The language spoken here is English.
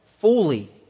fully